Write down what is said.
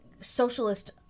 socialist